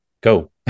go